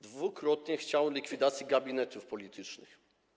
Dwukrotnie chciał likwidacji gabinetów politycznych.